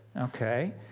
Okay